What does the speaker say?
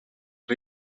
een